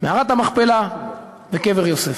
מערת המכפלה וקבר יוסף.